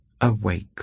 Awake